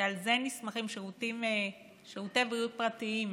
שעל זה נסמכים שירותי בריאות פרטיים,